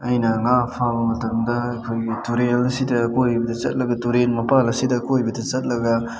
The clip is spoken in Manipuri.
ꯑꯩꯅ ꯉꯥ ꯐꯥꯕ ꯃꯇꯝꯗ ꯑꯩꯈꯣꯏꯒꯤ ꯇꯨꯔꯦꯜꯁꯤꯗ ꯑꯀꯣꯏꯕꯗ ꯆꯠꯂꯒ ꯇꯨꯔꯦꯜ ꯃꯄꯥꯜ ꯑꯁꯤꯗ ꯑꯀꯣꯏꯕꯗ ꯆꯠꯂꯒ